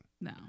No